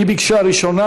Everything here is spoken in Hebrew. היא ביקשה ראשונה,